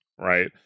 right